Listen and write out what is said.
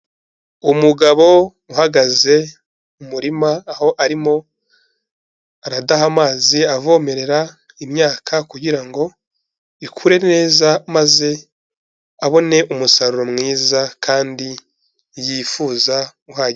Umugabo uhagaze mu muririma aho arimo, aradaha amazi avomerera imyaka kugira ngo, ikure neza maze, abone umusaruro mwiza, kandi yifuza uhagi...